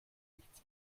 nichts